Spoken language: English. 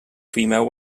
female